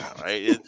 right